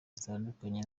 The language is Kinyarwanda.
zitandukanye